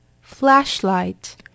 Flashlight